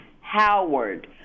Howard